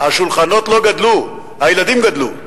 השולחנות לא גדלו, הילדים גדלו.